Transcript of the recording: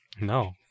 No